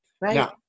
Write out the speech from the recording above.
right